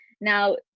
now